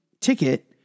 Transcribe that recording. ticket